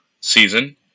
season